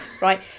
right